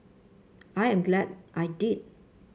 I am glad I did